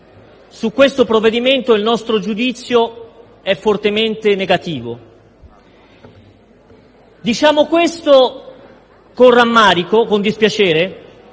su questo provvedimento il nostro giudizio è fortemente negativo. Diciamo questo con rammarico e con dispiacere,